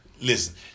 listen